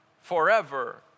forever